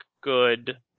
good